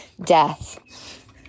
death